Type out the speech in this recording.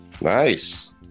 nice